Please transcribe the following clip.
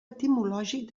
etimològic